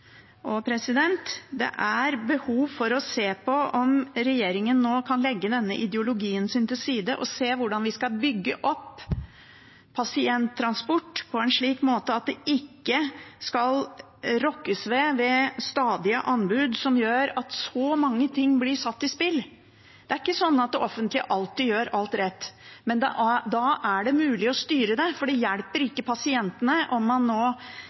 Det er behov for å se på om regjeringen nå kan legge ideologien til side, og se på hvordan vi skal bygge opp pasienttransport på en slik måte at det ikke skal rokkes ved med stadige anbud, som gjør at så mange ting blir satt i spill. Det er ikke sånn at det offentlige alltid gjør alt rett, men da er det mulig å styre det, for det hjelper ikke pasientene om man